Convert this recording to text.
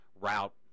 route